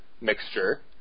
mixture